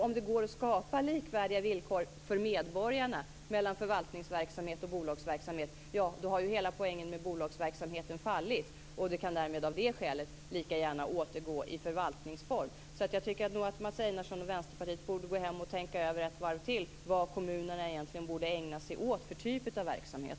Om det går att skapa likvärdiga villkor för medborgarna mellan förvaltningsverksamhet och bolagsverksamhet, har ju hela poängen med bolagsverksamheten fallit. Av det skälet kan den lika gärna återgå i förvaltningsform. Jag tycker alltså att Mats Einarsson och andra i Vänsterpartiet borde gå hem och tänka över ett varv till vad kommunerna egentligen borde ägna sig åt för typ av verksamhet.